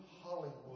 Hollywood